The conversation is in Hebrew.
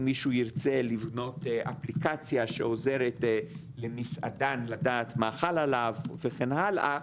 אם מישהו ירצה לבנות אפליקציה שעוזרת למסעדן מה חל עליו וכן הלאה.